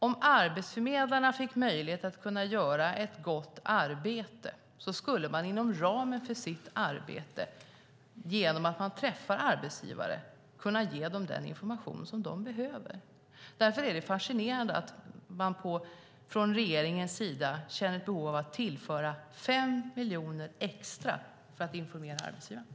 Om arbetsförmedlarna fick möjlighet att göra ett gott arbete skulle de inom ramen för sitt arbete, genom att träffa arbetsgivare, kunna ge dem den information de behöver. Därför är det fascinerande att man från regeringens sida känner behov av att tillföra 5 miljoner extra för att informera arbetsgivare.